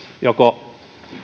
joko